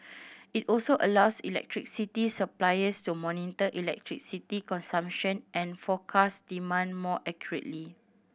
it also allows electricity suppliers to monitor electricity consumption and forecast demand more accurately